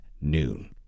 noon